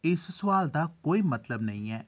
इस सुआल दा कोई मतलब नेईं ऐ